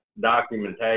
documentation